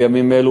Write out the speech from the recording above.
בימים אלו,